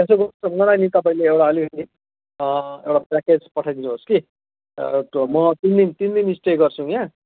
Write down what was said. यसो गर्नुहोस न मलाई नि तपाईँले एउटा अहिले नि एउटा प्याकेज पठाइ दिनुहोस् कि म तिन दिन तिन दिन स्टे गर्छु यहाँ